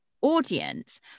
audience